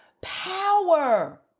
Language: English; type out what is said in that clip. power